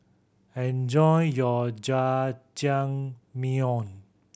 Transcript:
enjoy your Jajangmyeon